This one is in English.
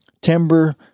timber